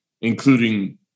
including